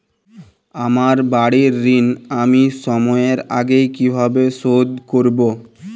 আমার বাড়ীর ঋণ আমি সময়ের আগেই কিভাবে শোধ করবো?